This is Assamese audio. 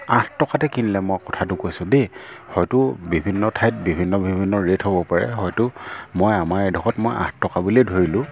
আঠ টকাতে কিনিলে মই কথাটো কৈছোঁ দেই হয়তো বিভিন্ন ঠাইত বিভিন্ন বিভিন্ন ৰে'ট হ'ব পাৰে হয়তো মই আমাৰ এইডোখৰত মই আঠ টকা বুলিয়ে ধৰিলোঁ